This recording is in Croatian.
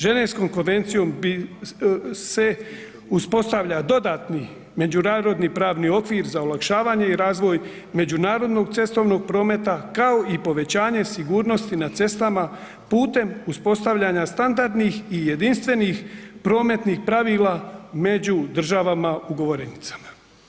Ženevskom konvencijom bi, se uspostavlja dodatni međunarodni pravni okvir za olakšavanje i razvoj međunarodnog cestovnog prometa kao i povećanje sigurnosti na cestama putem uspostavljanja standardnih i jedinstvenih prometnih pravila među državama ugovornicama.